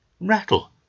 rattle